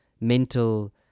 mental